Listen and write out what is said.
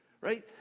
Right